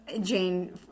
Jane